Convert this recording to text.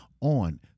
on